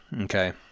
Okay